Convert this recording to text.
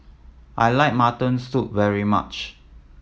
I like mutton soup very much